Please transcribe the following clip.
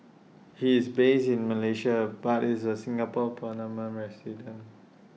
he is based in Malaysia but is A Singapore permanent resident